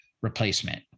replacement